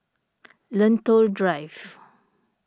Lentor Drive